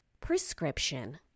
Prescription